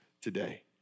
today